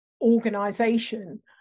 organization